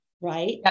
right